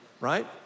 right